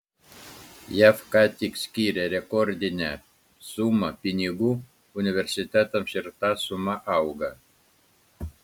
jav ką tik skyrė rekordinę sumą pinigų universitetams ir ta suma auga